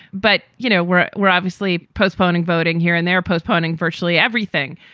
but, you know, we're we're obviously postponing voting here and they're postponing virtually everything.